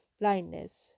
blindness